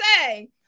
say